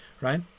Right